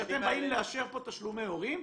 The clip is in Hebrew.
כשאתם באים לאשר פה תשלומי הורים,